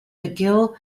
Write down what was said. mcgill